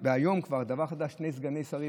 והיום כבר דבר חדש: שני סגני שרים,